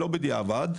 לא בדיעבד,